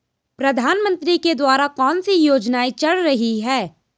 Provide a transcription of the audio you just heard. प्रधानमंत्री के द्वारा कौनसी योजनाएँ चल रही हैं?